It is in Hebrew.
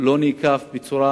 בצורה